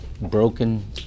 broken